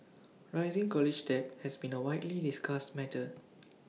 rising college debt has been A widely discussed matter